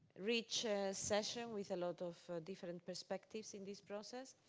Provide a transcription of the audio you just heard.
rich session with a lot of different perspectives in this process.